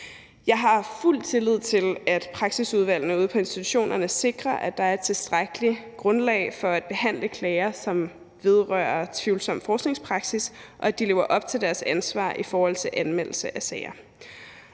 Jeg har fuld tillid til, at praksisudvalgene ude på institutionerne sikrer, at der er et tilstrækkeligt grundlag for at behandle klager, som vedrører tvivlsom forskningspraksis, og at de lever op til deres ansvar i forhold til anmeldelse af sager.